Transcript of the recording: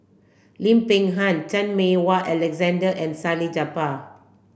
Lim Peng Han Chan Meng Wah Alexander and Salleh Japar